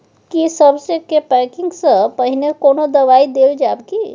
की सबसे के पैकिंग स पहिने कोनो दबाई देल जाव की?